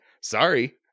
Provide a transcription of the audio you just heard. sorry